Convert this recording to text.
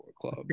Club